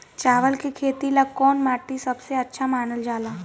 चावल के खेती ला कौन माटी सबसे अच्छा मानल जला?